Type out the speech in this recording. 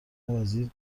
وزیر